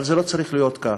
אבל זה לא צריך להיות כך.